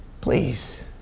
Please